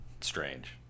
strange